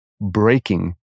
breaking